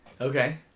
Okay